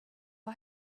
har